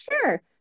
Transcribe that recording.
sure